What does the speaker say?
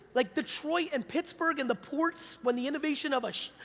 like detroit and pittsburgh and the ports, when the innovation of a,